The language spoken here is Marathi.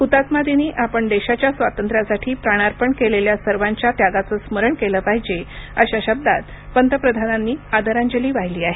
हुतात्मा दिनी आपण देशाच्या स्वातंत्र्यासाठी प्राणार्पण केलेल्या सर्वांच्या त्यागाचे स्मरण केलं पाहिजे अशा शब्दांत पंतप्रधानांनी आदरांजली वाहिली आहे